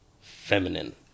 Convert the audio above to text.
feminine